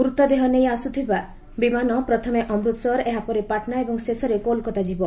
ମୃତଦେହ ନେଇ ଆସିବାକୁଥିବା ବିମାନ ପ୍ରଥମେ ଅମୃତସର ଏହାପରେ ପାଟନା ଏବଂ ଶେଷରେ କୋଲକାତା ଯିବ